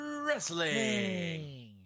Wrestling